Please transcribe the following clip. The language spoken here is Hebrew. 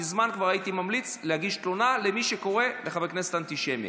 מזמן כבר הייתי ממליץ להגיש תלונה למי שקורא לחבר כנסת "אנטישמי".